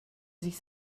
sich